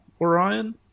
Orion